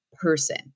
person